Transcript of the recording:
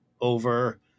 over